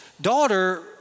daughter